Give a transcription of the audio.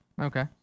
Okay